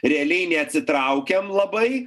realiai neatsitraukiam labai